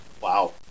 Wow